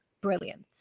brilliant